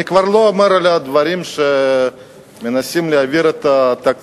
אני כבר לא מדבר על כך שמנסים להעביר תקציב